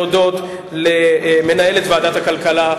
להודות למנהלת ועדת הכלכלה,